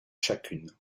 chacune